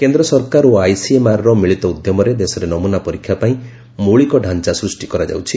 କେନ୍ଦ୍ର ସରକାର ଓ ଆଇସିଏମ୍ଆର୍ର ମିଳିତ ଉଦ୍ୟମରେ ଦେଶରେ ନମୁନା ପରୀକ୍ଷା ପାଇଁ ମୌଳିକ ଢ଼ାଞ୍ଚା ସୃଷ୍ଟି କରାଯାଉଛି